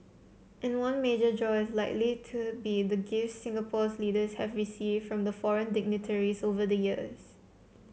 and one major draw is likely to be the gifts Singapore's leaders have received from foreign dignitaries over the years